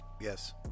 Yes